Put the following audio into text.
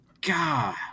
God